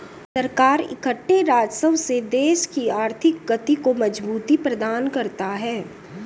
सरकार इकट्ठे राजस्व से देश की आर्थिक गति को मजबूती प्रदान करता है